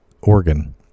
organ